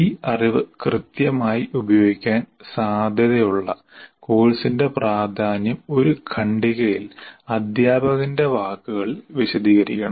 ഈ അറിവ് കൃത്യമായി ഉപയോഗിക്കാൻ സാധ്യതയുള്ള കോഴ്സിന്റെ പ്രാധാന്യം ഒരു ഖണ്ഡികയിൽ അധ്യാപകന്റെ വാക്കുകളിൽ വിശദീകരിക്കണം